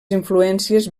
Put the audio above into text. influències